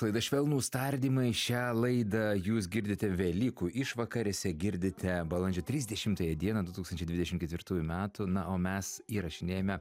laida švelnūs tardymai šią laidą jūs girdite velykų išvakarėse girdite balandžio trisdešimtąją dieną du tūkstančiai dvidešim ketvirtųjų metų na o mes įrašinėjame